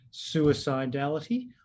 suicidality